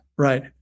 Right